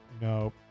no